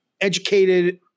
educated